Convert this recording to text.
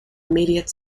immediate